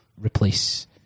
replace